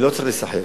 לא צריך להיסחף,